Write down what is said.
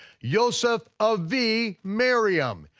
yoseph of thee, miriam.